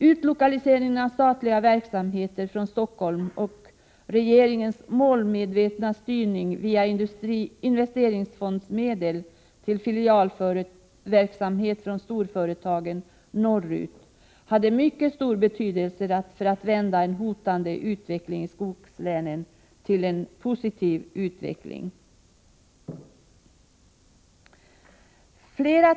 Utlokaliseringen av statliga verksamheter från Stockholm och regeringens målmedvetna styrning via investeringsfondsmedel till filialverksamhet från storföretagen norrut hade mycket stor betydelse för att vända en hotande avveckling i skogslänen till en positiv utveckling.